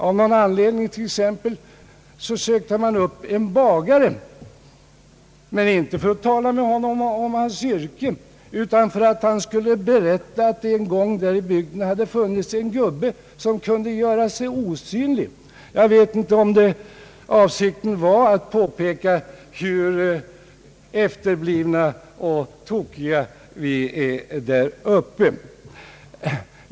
Av någon anledning sökte man upp en bagare — men inte för att tala med honom om hans yrke utan för att han skulle berätta att där i bygden en gång hade funnits en gubbe som kunde göra sig osynlig. Jag vet inte om avsikten var att påpeka hur efterblivna och tokiga vi är där uppe.